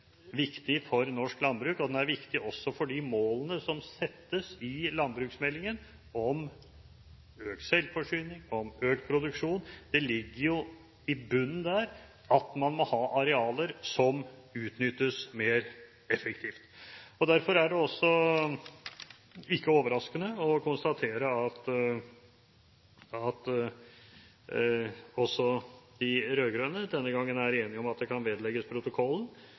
viktig for norsk landbruk. Den er også viktig for de målene som settes i landbruksmeldingen om økt selvforsyning og økt produksjon. Det ligger jo i bunnen der at man må ha arealer som utnyttes mer effektivt. Derfor er det ikke overraskende å konstatere at også de rød-grønne denne gangen er enig i at dette kan vedlegges protokollen.